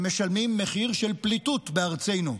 שמשלמים מחיר של פליטות בארצנו,